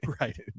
Right